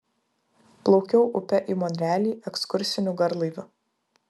plaukiau upe į monrealį ekskursiniu garlaiviu